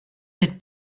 n’êtes